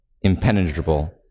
impenetrable